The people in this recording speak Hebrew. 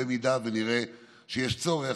במידה שנראה שיש צורך,